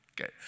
Okay